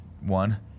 one